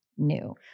New